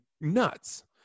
nuts